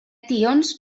tions